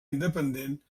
independent